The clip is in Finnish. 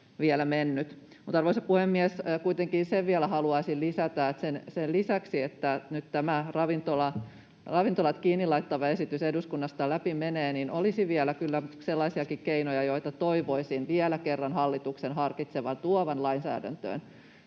vielä mennyt. Arvoisa puhemies! Sen kuitenkin vielä haluaisin lisätä, että sen lisäksi, että nyt tämä ravintolat kiinni laittava esitys eduskunnasta läpi menee, niin olisi vielä kyllä sellaisiakin keinoja, joita toivoisin vielä kerran hallituksen harkitsevan, tuovan lainsäädäntöön.